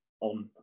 on